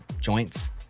joints